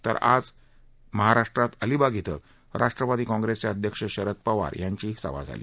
तर आज अलिबाग कें राष्ट्रवादी काँग्रेसचे अध्यक्ष शरद पवार यांचीही सभा झाली